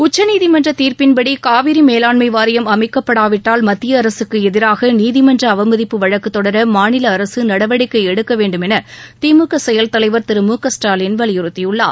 உச்சநீதிமன்ற தீர்ப்பின்படி காவிரி மேலாண்மை வாரியம் அமைக்கப்படாவிட்டால் மத்திய அரசுக்கு எதிராக நீதிமன்ற அவமதிப்பு வழக்கு தொடர மாநில அரசு நடவடிக்கை எடுக்க வேண்டும் என திமுக செயல் தலைவர் திரு மு க ஸ்டாலின் வலியுறுத்தியுள்ளார்